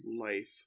life